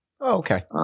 Okay